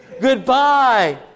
goodbye